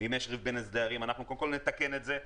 אם יש ריב בין דיירים נתקן את זה,